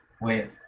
Wait